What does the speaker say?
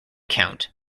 count